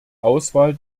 auswahl